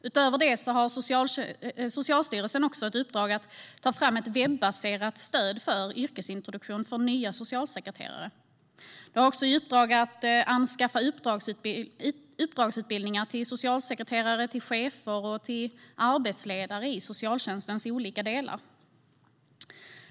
Utöver det har Socialstyrelsen ett uppdrag att ta fram ett webbaserat stöd för yrkesintroduktion för nya socialsekreterare samt ett uppdrag att anordna uppdragsutbildningar till socialsekreterare, chefer och arbetsledare i socialtjänstens olika delar.